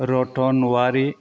Ratan Owary